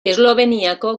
esloveniako